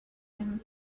him